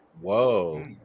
Whoa